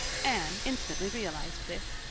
anne instantly realized this.